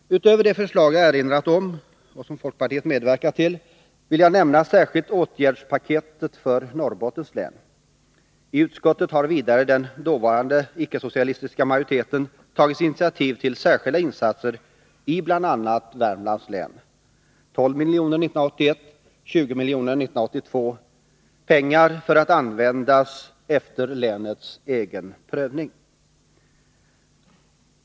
Utöver de förslag jag erinrat om — och som folkpartiet medverkat till — vill jag nämna särskilda åtgärdspaket för Norrbottens län. I utskottet har vidare den dåvarande icke-socialistiska majoriteten tagit initiativ till särskilda insatser i bl.a. Värmlands län — 12 milj.kr. 1981 och 20 milj.kr. 1982. Det är pengar som skall användas efter länets egen prövning.